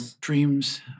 dreams